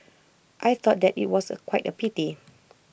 I thought that IT was A quite A pity